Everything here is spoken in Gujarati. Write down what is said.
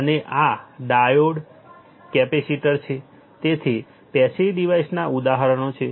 અને આ ડાયોડ કેપેસિટર diode capacitor છે તેથી આ પેસિવ ડિવાસીસના ઉદાહરણો છે